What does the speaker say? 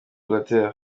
blatter